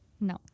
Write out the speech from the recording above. no